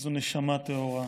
איזו נשמה טהורה,